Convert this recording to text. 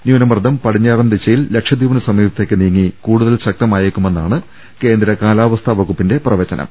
ന്യൂന മർദ്ദം പടിഞ്ഞാറൻ ദിശയിൽ ലക്ഷദ്വീപിന് സമീപ ത്തേക്ക് നീങ്ങി കൂടുതൽ ശക്തമായേക്കു മെന്നാണ് കേന്ദ്ര കാലാവസ്ഥാ വകുപ്പിന്റെ പ്രവചനം